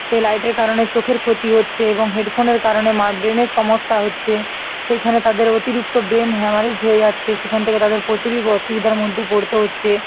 সে লাইটের কারণে চোখের ক্ষতি হচ্ছে এবং হেডফোনের কারণে ব্রেনের সমস্যা হচ্ছে সেইখানে তাদের অতিরিক্ত ব্রেন হ্যামারেজ হয়ে যাচ্ছে সেখান থেকে তাদের প্রচুরই অসুবিধার মধ্যে পড়তে হচ্ছে